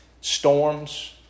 Storms